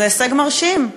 זה הישג מרשים.